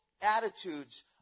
attitudes